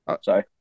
sorry